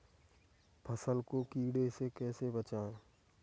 फसल को कीड़े से कैसे बचाएँ?